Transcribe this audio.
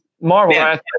Marvel